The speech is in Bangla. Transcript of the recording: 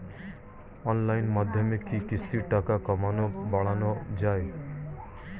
অনলাইনের মাধ্যমে কি কিস্তির টাকা কমানো বাড়ানো যায়?